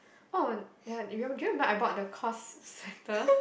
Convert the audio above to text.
oh the you remember do you remember I bought the COS sweater